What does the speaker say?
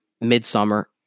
Midsummer